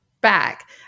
back